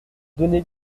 donnez